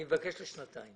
אני מבקש לשנתיים